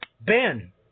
Ben